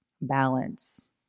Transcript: balance